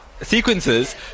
sequences